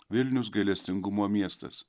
vilnius gailestingumo miestas